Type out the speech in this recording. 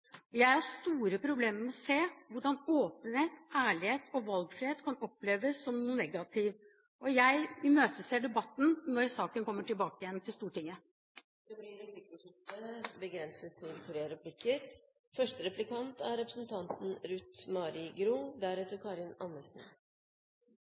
Jeg har store problemer med å se hvordan åpenhet, ærlighet og valgfrihet kan oppleves som noe negativt. Jeg imøteser debatten når saken kommer tilbake til Stortinget. Det blir replikkordskifte. Fremskrittspartiet har vært særdeles stille i denne debatten fram til